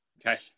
okay